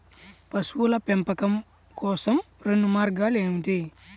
పశువుల పెంపకం కోసం రెండు మార్గాలు ఏమిటీ?